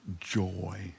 joy